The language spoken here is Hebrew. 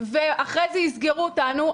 ואחרי זה יסגרו אותם,